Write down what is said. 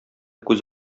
күз